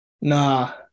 Nah